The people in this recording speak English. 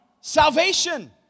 salvation